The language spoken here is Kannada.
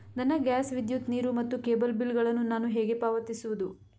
ನನ್ನ ಗ್ಯಾಸ್, ವಿದ್ಯುತ್, ನೀರು ಮತ್ತು ಕೇಬಲ್ ಬಿಲ್ ಗಳನ್ನು ನಾನು ಹೇಗೆ ಪಾವತಿಸುವುದು?